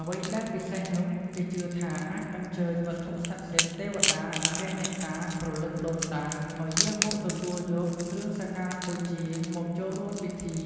អ្វីដែលពិសេសនេះគេជឿថាអាចអញ្ជើញ វត្ថុស័ក្តិសិទ្ធិ ទេវតា អារក្សអ្នកតា ព្រលឹងដូនតា ឲ្យយាងមកទទួលយកគ្រឿងសក្ការបូជា មកចូលរួមពិធី